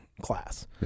class